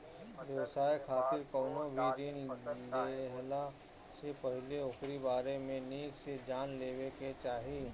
व्यवसाय खातिर कवनो भी ऋण लेहला से पहिले ओकरी बारे में निक से जान लेवे के चाही